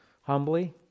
humbly